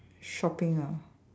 shopping ah